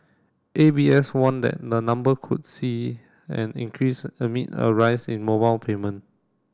A B S warned that the number could see an increase amid a rise in mobile payment